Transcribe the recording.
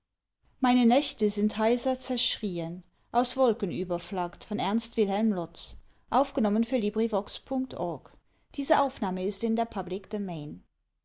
meine nächte sind heiser zerschrieen